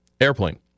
airplane